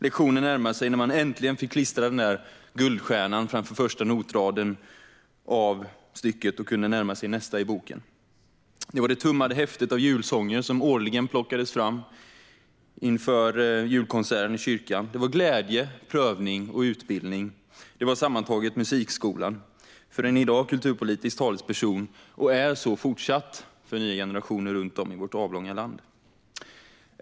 Lektionen närmade sig när man äntligen fick klistra en guldstjärna framför första notraden som bevis på att man lärt sig stycket och kunde närma sig nästa stycke i boken. Det var det tummade häftet med julsånger som årligen plockades fram inför julkonserten i kyrkan. Det var glädje, prövning och utbildning. Detta sammantaget var musikskolan för en person som i dag är kulturpolitisk talesperson. Sådan är kulturskolan fortfarande för nya generationer runt om i vårt land.